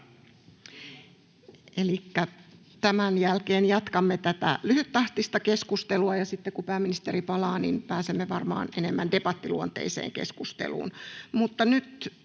tämän jälkeen jatkamme tätä lyhyttahtista keskustelua. Sitten kun pääministeri palaa, pääsemme varmaan enemmän debattiluonteiseen keskusteluun.